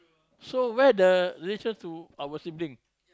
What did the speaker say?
so where are the riches to our sibling